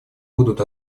будут